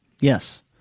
yes